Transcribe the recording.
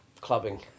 clubbing